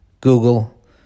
Google